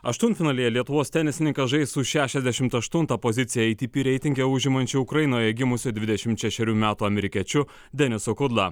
aštuntfinalyje lietuvos tenisininkas žais su šešiasdešimt aštuntą poziciją ei ti pi reitinge užimančiu ukrainoje gimusiu dvidešimt šešerių metų amerikiečiu deniso kudlą